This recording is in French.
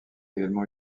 également